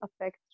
affect